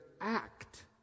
act